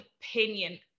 opinion